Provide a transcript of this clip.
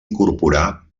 incorporà